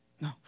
No